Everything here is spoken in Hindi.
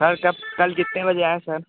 सर कब कल कितने बजे आएं सर